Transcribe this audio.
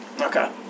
Okay